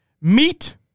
Meat